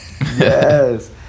yes